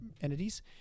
entities